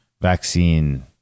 vaccine